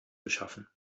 geschaffen